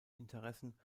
interessen